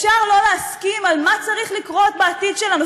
אפשר שלא להסכים על מה צריך לקרות בעתיד שלנו,